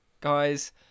Guys